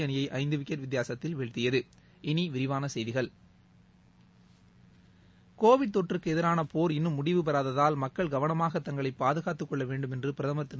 அணியை ஐந்து விக்கெட் வித்தியாசத்தில் வீழ்த்தியது இனி விரிவான செய்திகள் கோவிட் தொற்றுக்கு எதிரான போர் இன்னும் முடிவுபெறாததால் மக்கள் கவனமாக தங்களைப் பாதுகாத்துக் கொள்ளவேண்டும் என்று பிரதமர் திரு